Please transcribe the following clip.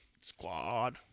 Squad